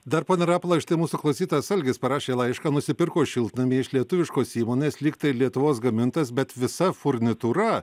dar pone rapolai štai mūsų klausytojas algis parašė laišką nusipirko šiltnamį iš lietuviškos įmonės lyg tai lietuvos gamintas bet visa furnitūra